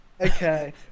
Okay